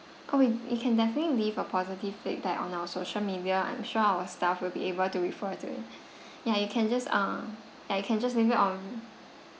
oh you can definitely leave a positive feedback on our social media I'm sure our staff will be able to refer to ya you can just ah ya you can just leave it on